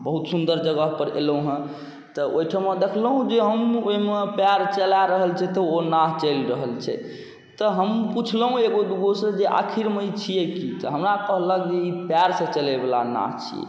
बहुत सुन्दर जगहपर अएलहुँ हँ तऽ ओहिठमा देखलहुँ जे हम ओहिमे पाएर चला रहल छै तऽ ओ नाव चलि रहल छै तऽ हम पुछलहुँ एगो दुगोसँ जे आखिरमे ई छिए कि तऽ हमरा कहलक जे ई पाएरसँ चलैवला नाह छिए